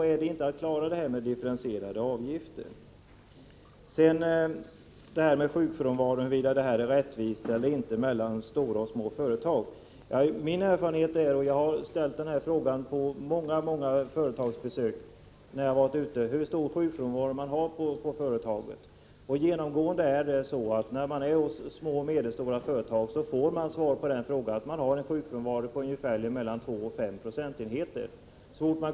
1985/86:38 Svårare än så är det inte att klara de differentierade avgifterna. 27 november 1985 Sedan till sjukfrånvaron och frågan om huruvida det är rättvist när dt. ZON gäller stora och små företag. Vid många företagsbesök har jag frågat hur stor sjukfrånvaron är vid företaget. När man då är på små och medelstora företag får man i regel svaret att sjukfrånvaron ligger mellan 2 och 5 procentenheter.